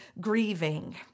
grieving